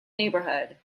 neighbourhood